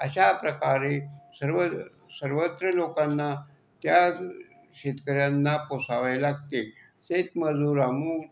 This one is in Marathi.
अशा प्रकारे सर्व सर्वच लोकांना त्या शेतकऱ्यांना पोसावे लागते शेतमजूर अमुक